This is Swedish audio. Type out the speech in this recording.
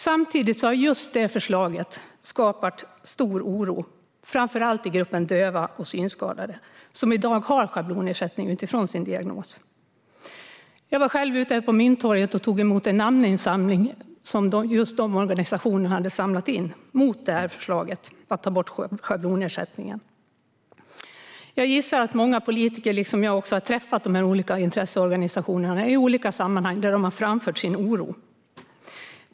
Samtidigt har just detta förslag skapat stor oro, framför allt i gruppen döva och synskadade, som i dag har schablonersättning utifrån diagnos. Jag var själv ute på Mynttorget och tog emot en namninsamling mot förslaget att ta bort schablonersättningen som just dessa organisationer hade gjort. Jag gissar att många politiker liksom jag har träffat de olika intresseorganisationerna i olika sammanhang där de har framfört sin oro.